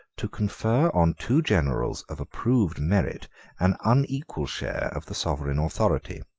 to confer on two generals of approved merit an unequal share of the sovereign authority.